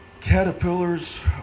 Caterpillars